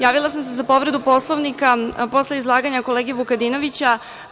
Javila sam se za povredu Poslovnika posle izlaganja kolege Vukadinovića.